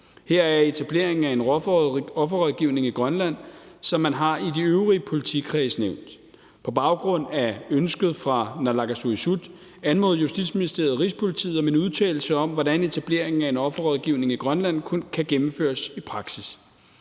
herunder etablering af en offerrådgivning i Grønland, som man har i de øvrige nævnte politikredse. På baggrund af ønsket fra naalakkersuisut anmodede Justitsministeriet Rigspolitiet om en udtalelse om, hvordan etableringen af en offerrådgivning i Grønland kan gennemføres i praksis.